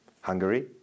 Hungary